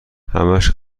همش